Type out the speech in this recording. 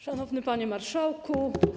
Szanowny Panie Marszałku!